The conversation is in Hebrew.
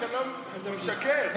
אתה משקר.